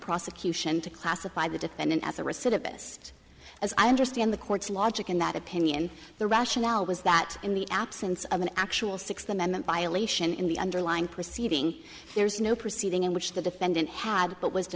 prosecution to classify the defendant as a receipt of this as i understand the court's logic in that opinion the rationale was that in the absence of an actual sixth amendment violation in the underlying proceeding there's no proceeding in which the defendant had